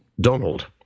Donald